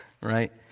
right